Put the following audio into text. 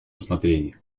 рассмотрении